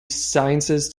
sciences